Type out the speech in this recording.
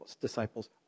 disciples